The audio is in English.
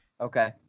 Okay